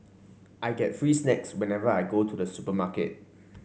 I get free snacks whenever I go to the supermarket